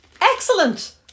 Excellent